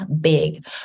big